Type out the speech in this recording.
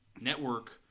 network